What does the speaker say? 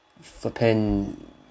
flipping